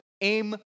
aim